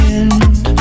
end